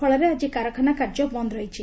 ଫଳରେ ଆଜି କାରଖାନା କାର୍ଯ୍ୟ ବନ୍ଦ ରହିଛି